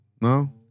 No